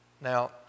Now